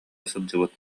сылдьыбыт